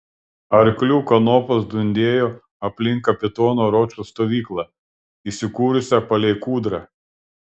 arklių kanopos dundėjo aplink kapitono ročo stovyklą įsikūrusią palei kūdrą